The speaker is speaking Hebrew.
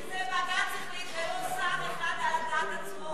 כי זה בג"ץ החליט, ולא שר אחד על דעת עצמו.